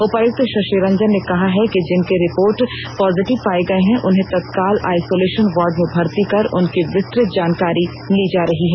उपायुक्त शषि रंजन ने कहा है कि जिनके रिपोर्ट पॉजिटिव पाये जा रहे हैं उन्हें तत्काल आइसोलेषन वार्ड में भर्ती कर उनकी विस्तृत जानकारी ली जा रहा है